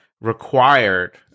required